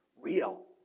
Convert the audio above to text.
real